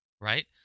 right